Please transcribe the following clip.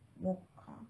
mocha